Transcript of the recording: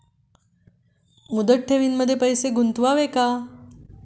मुदत ठेवींमध्ये पैसे गुंतवावे का?